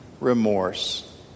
remorse